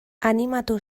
animatu